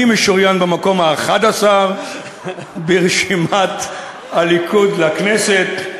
אני משוריין במקום ה-11 ברשימת הליכוד לכנסת,